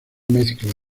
mezcla